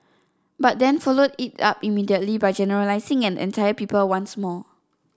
but then followed it up immediately by generalising an entire people once more